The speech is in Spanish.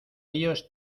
ellos